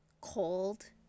cold